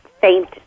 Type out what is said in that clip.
faint